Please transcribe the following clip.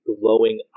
glowing